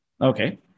Okay